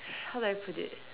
how do I put it